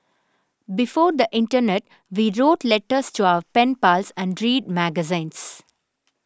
before the internet we wrote letters to our pen pals and read magazines